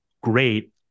great